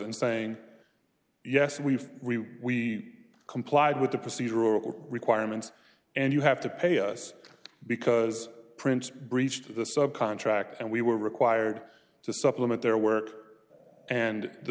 saying yes we've we complied with the procedure or requirements and you have to pay us because prince breached the sub contract and we were required to supplement their work and the